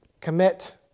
commit